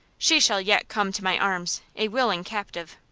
she shall yet come to my arms, a willing captive.